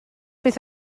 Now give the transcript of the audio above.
beth